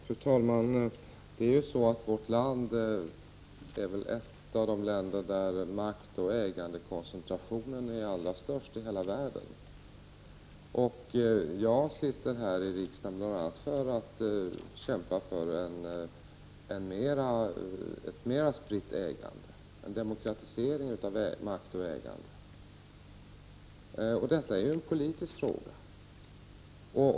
Fru talman! Vårt land är ett av de länder där maktoch ägandekoncentrationen är störst i hela världen. Jag sitter här i riksdagen bl.a. för att kämpa för ett mera spritt ägande, en demokratisering av makt och ägande. Detta är en politisk fråga.